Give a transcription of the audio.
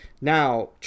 Now